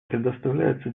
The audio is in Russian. предоставляется